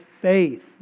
faith